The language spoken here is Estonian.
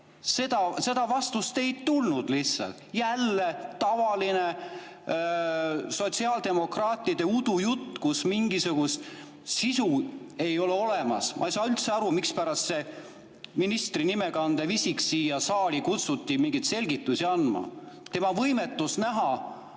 Seda vastust lihtsalt ei tulnud. Jälle tavaline sotsiaaldemokraatide udujutt, kus mingisugust sisu ei ole. Ma ei saa üldse aru, mispärast see ministri nime kandev isik siia saali kutsuti mingeid selgitusi andma. Tema võimetus näha